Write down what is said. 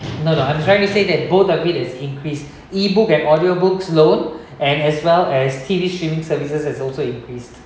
no no I'm trying to say that both of it there's increase E book and audio books load and as well as tv streaming services has also increased